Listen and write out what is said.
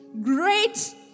great